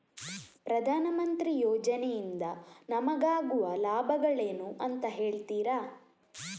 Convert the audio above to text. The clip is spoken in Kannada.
ಪ್ರಧಾನಮಂತ್ರಿ ಯೋಜನೆ ಇಂದ ನಮಗಾಗುವ ಲಾಭಗಳೇನು ಅಂತ ಹೇಳ್ತೀರಾ?